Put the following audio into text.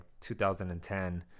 2010